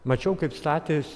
mačiau kaip statė